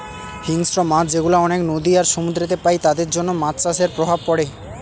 হিংস্র মাছ যেগুলা অনেক নদী আর সমুদ্রেতে পাই তাদের জন্য মাছ চাষের প্রভাব পড়ে